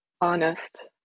honest